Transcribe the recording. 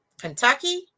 Kentucky